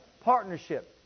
partnership